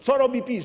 Co robi PiS?